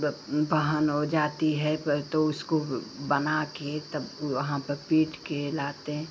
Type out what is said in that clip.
बहन और जाती है पर तो उसको बनाकर तब वहाँ पीटकर लाते